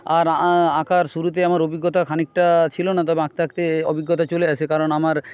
আর আঁকার শুরুতে আমার অভিজ্ঞতা খানিকটা ছিল না তবে আঁকতে আঁকতে অভিজ্ঞতা চলে আসে কারণ আমার